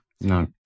No